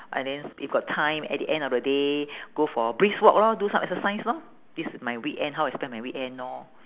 and then s~ if got time at the end of the day go for brisk walk lor do some exercise lor this is my weekend how I spent my weekend lor